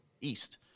east